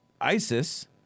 ISIS—